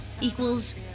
equals